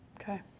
Okay